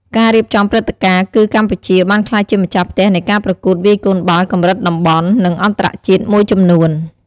ការរៀបចំព្រឹត្តិការណ៍ គឺកម្ពុជាបានក្លាយជាម្ចាស់ផ្ទះនៃការប្រកួតវាយកូនបាល់កម្រិតតំបន់ និងអន្តរជាតិមួយចំនួន។